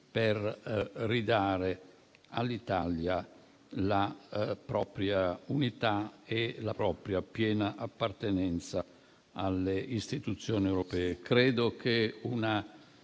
per ridare all'Italia la propria unità e la propria piena appartenenza alle istituzioni europee.